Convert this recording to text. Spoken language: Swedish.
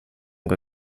går